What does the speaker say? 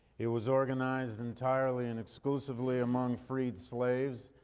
it was organized entirely and exclusively among freed slaves,